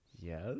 yes